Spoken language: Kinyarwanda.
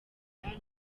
rwanda